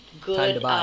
good